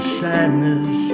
sadness